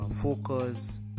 focus